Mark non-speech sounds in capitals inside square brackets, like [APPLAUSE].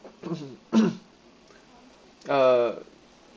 [COUGHS] uh